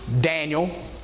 Daniel